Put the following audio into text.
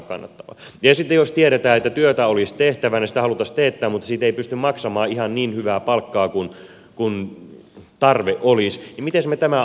ja sitten jos tiedetään että työtä olisi tehtävä ja sitä haluttaisiin teettää mutta siitä ei pysty maksamaan ihan niin hyvää palkkaa kuin tarve olisi niin mites tämä asia nyt ratkaistaan